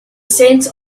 scent